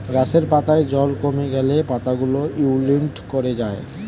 গাছের পাতায় জল কমে গেলে পাতাগুলো উইল্ট করে যায়